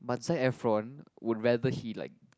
but Zac Efron would rather he like